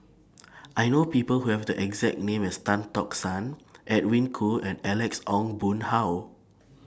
I know People Who Have The exact name as Tan Tock San Edwin Koo and Alex Ong Boon Hau